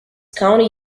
county